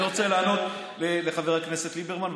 אני רוצה לענות לחבר הכנסת ליברמן,